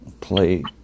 play